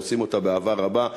ועושים אותה באהבה רבה.